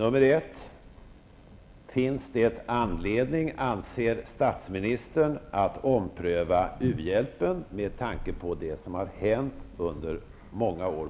Fråga nr 1: Finns det anledning, anser statsministern, att ompröva u-hjälpen med tanke på det som har hänt under många år?